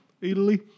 Italy